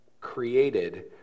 created